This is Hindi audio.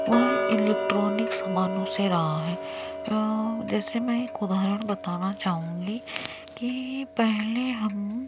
वह इलेक्ट्रॉनिक समानों से रहा है जैसे मैं एक उदाहरण बताना चाहूँगी की पहले हम